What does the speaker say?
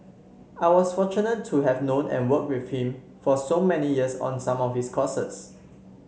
I was fortunate to have known and worked with him for so many years on some of his causes